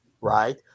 right